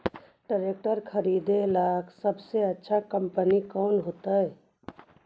Tractor खरीदेला सबसे अच्छा कंपनी कौन होतई?